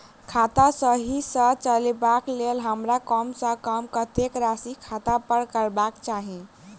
खाता सही सँ चलेबाक लेल हमरा कम सँ कम कतेक राशि खाता पर रखबाक चाहि?